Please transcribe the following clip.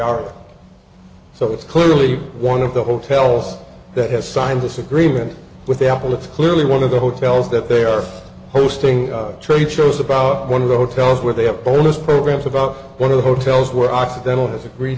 our so it's clearly one of the hotels that has signed this agreement with apple it's clearly one of the hotels that they are hosting trade shows about one of the hotels where they have bonus programs about one of the hotels where occidental has agree